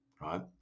right